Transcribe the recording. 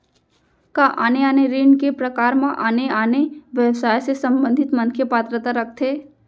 का आने आने ऋण के प्रकार म आने आने व्यवसाय से संबंधित मनखे पात्रता रखथे?